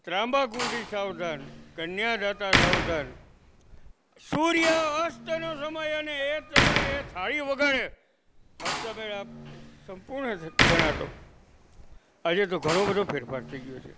ત્રાંબાકુંડી સાવધાન કન્યાદાતા સાવધાન સૂર્ય અસ્તનો સમય અને એ સમયે થાળી વગાડે હસ્તમેળાપ સંપૂર્ણ ગણાતો આજે તો ઘણો બધો ફેરફાર થઈ ગયો છે